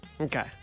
Okay